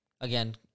again